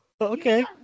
Okay